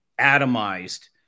atomized